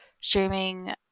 streaming